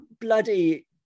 bloody